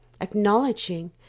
acknowledging